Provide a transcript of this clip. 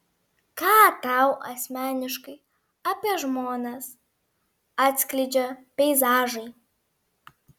ką tau asmeniškai apie žmones atskleidžia peizažai